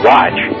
Watch